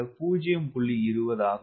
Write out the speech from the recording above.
20 ஆகும்